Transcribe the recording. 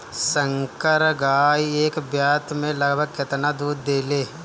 संकर गाय एक ब्यात में लगभग केतना दूध देले?